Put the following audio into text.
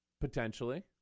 Potentially